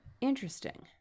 interesting